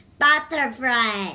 butterfly